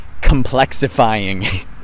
complexifying